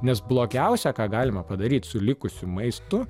nes blogiausia ką galima padaryti su likusiu maistu